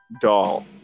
doll